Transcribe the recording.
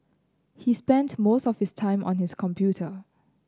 he spent most of his time on his computer